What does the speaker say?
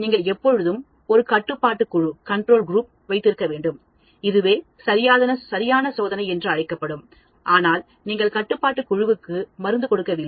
நீங்கள் எப்போதும் ஒரு கட்டுப்பாட்டு குழுவை வைத்திருக்க வேண்டும் இதுவே சரியான சோதனை என்று அழைக்கப்படும் ஆனால் நீங்கள் கட்டுப்பாட்டு குழுவுக்கு மருந்து கொடுக்கவில்லை